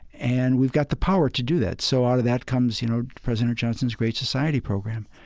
and we've got the power to do that so out of that comes, you know, president johnson's great society program